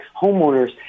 homeowners